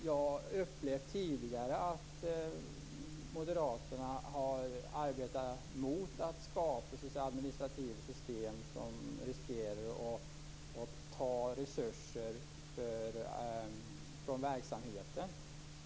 Jag har tidigare upplevt att moderaterna har arbetat mot att skapa administrativa system som riskerar att ta resurser från verksamheten.